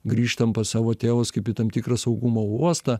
grįžtam pas savo tėvus kaip į tam tikrą saugumo uostą